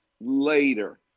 later